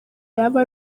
yaba